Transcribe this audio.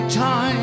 time